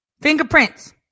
Fingerprints